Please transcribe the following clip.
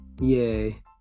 yay